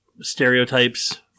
stereotypes